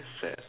accept